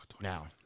Now